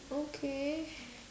okay